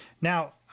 now